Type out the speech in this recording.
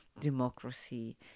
democracy